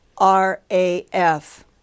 RAF